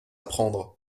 prendre